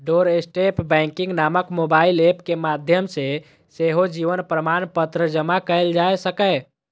doorstep banking नामक mobile app के माध्यम सं सेहो जीवन प्रमाणपत्र जमा कैल जा सकैए